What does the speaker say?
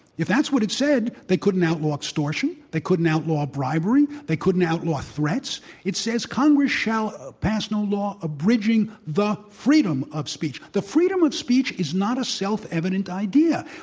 if that's what it said, they couldn't outlaw extortion, they couldn't outlaw ah bribery, they couldn't outlaw threats. it says congress shall ah pass no law abridging the freedom of speech. the freedom of speech is not a self-evident idea.